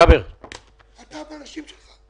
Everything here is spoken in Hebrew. אתה והאנשים שלך.